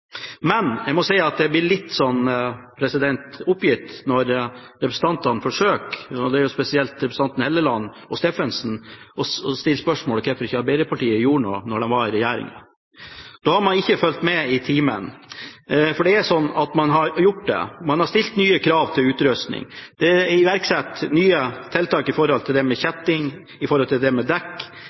Men jeg må si at jeg blir litt oppgitt når representantene – spesielt representanten Helleland og Steffensen – forsøker å stille spørsmålet om hvorfor Arbeiderpartiet ikke gjorde noe da de var i regjering. Da har man ikke fulgt med i timen, for det er slik at man har gjort det, man har stilt nye krav til utrustning. Det er iverksatt nye tiltak når det gjelder kjetting,